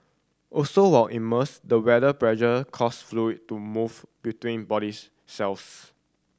also while immersed the weather pressure cause fluid to move between bodies cells